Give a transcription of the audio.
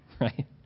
Right